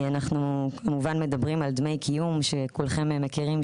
אנחנו כמובן מדברים על דמי קיום שכולכם מכירים,